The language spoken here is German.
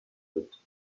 wird